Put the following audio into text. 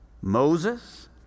Moses